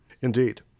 Indeed